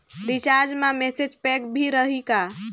Recharge मा message pack भी रही का?